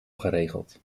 geregeld